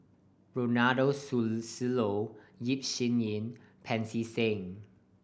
Ronald Susilo Yap Sin Yin and Pancy Seng